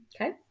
Okay